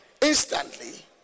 instantly